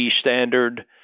standard